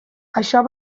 això